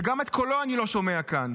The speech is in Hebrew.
שגם את קולו אני לא שומע כאן.